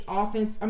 offense